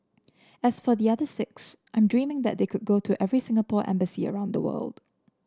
as for the other six I'm dreaming that could go to every Singapore embassy around the world